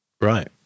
right